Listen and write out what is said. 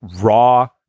raw